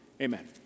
Amen